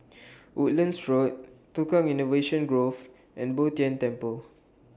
Woodlands Road Tukang Innovation Grove and Bo Tien Temple